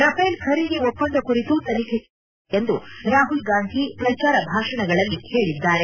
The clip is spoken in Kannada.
ರಫೇಲ್ ಖರೀದಿ ಒಪ್ಪಂದ ಕುರಿತು ತನಿಖೆಗೂ ಆದೇಶಿಸಲಾಗುವುದು ಎಂದು ರಾಹುಲ್ ಗಾಂಧಿ ಪ್ರಚಾರ ಭಾಷಣಗಳಲ್ಲಿ ಹೇಳಿದ್ದಾರೆ